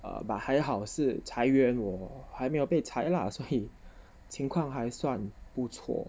err but 还好是裁员我还没有被裁 lah 所以情况还算不错